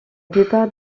plupart